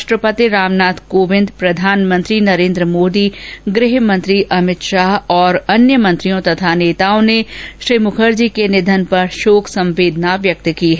राष्ट्रपति रामनाथ कोविंद प्रधानमंत्री नरेन्द्र मोदी गृह मंत्री अमित शाह और अन्य मंत्रियों तथा नेताओं ने श्री मुखर्जी के निधन पर शोक संवेदना व्यक्त की है